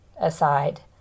aside